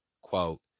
quote